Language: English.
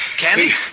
Candy